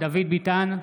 דוד ביטן,